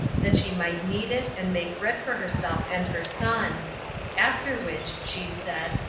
that she might knead it, and make bread for herself and her son after which, she said,